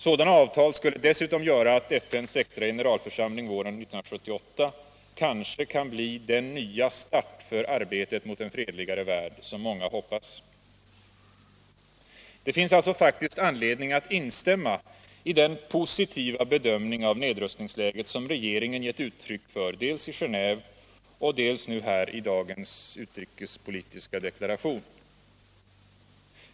Sådana avtal skulle dessutom göra att FN:s extra generalförsamling våren 1978 kanske kan bli den nya start för arbetet mot en fredligare värld som många hoppas på. Det finns alltså faktiskt anledning att instämma i den positiva bedömning av nedrustningsläget som regeringen gett uttryck för dels i Genéve, dels i dagens utrikespolitiska deklaration.